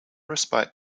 respite